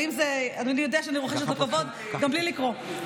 אדוני יודע שאני רוחשת לו כבוד גם בלי לקרוא.